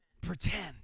Pretend